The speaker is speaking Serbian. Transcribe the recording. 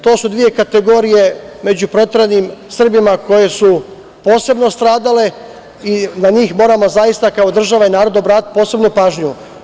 To su dve kategorije među proteranim Srbima koje su posebno stradale i na njih moramo zaista, kao država posebno obratiti pažnju.